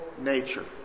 nature